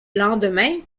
lendemain